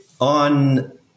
on